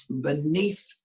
beneath